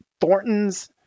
Thornton's